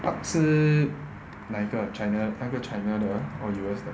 是哪一个 china 那个 china 的 or U_S 的